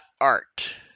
art